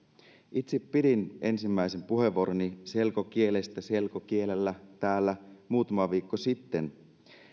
itse pidin ensimmäisen puheenvuoroni selkokielestä selkokielellä täällä muutama viikko sitten